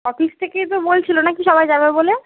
office থেকেই তো বলছিলো নাকি সবাই যাবে বোলে